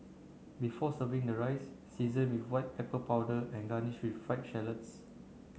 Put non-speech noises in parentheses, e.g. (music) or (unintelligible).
before serving the rice season with white pepper powder and garnish with (unintelligible) shallots